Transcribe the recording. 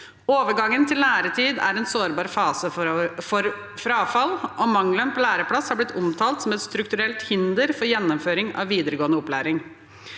«Overgangen til læretid er en sårbar fase for frafall, og mangelen på læreplass har blitt omtalt som et strukturelt hinder for gjennomføring av videregående opplæring.»